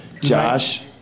Josh